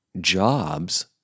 jobs